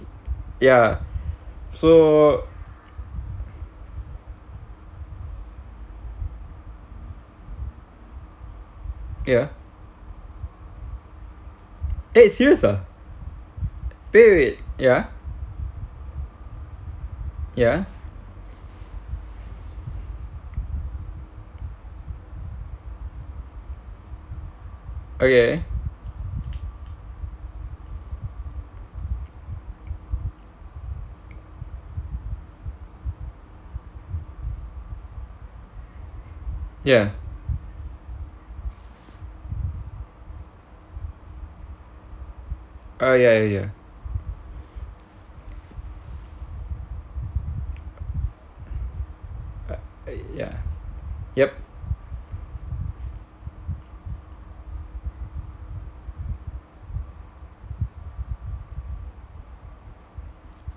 ya so ya eh serious lah wait wait wait ya ya okay ya okay ya ya ah ya yup